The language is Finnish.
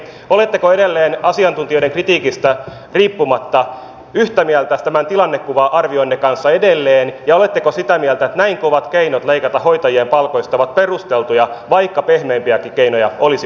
oletteko edelleen asiantuntijoiden kritiikistä riippumatta yhtä mieltä tämän tilannekuva arvionne kanssa edelleen ja oletteko sitä mieltä että näin kovat keinot leikata hoitajien palkoista ovat perusteltuja vaikka pehmeämpiäkin keinoja olisi